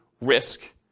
risk